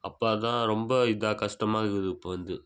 அப்போ அதுதான் ரொம்ப இதாக கஷ்டமா இருக்குது இப்போ வந்து